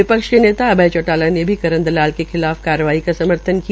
विपक्ष के नेता अभय चौटाला ने भी करण दलाल के खिलाफ कार्रवाई किये जाने का समर्थन किया